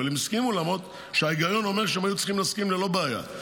אבל הם הסכימו למרות שההיגיון אומר שהם היו צריכים להסכים ללא בעיה.